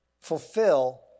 Fulfill